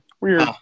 Weird